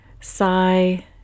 Sigh